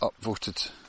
upvoted